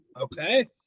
Okay